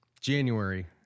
January